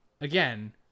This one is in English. again